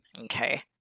Okay